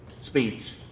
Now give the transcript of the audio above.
speech